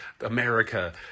America